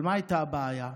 אבל מה הייתה הבעיה?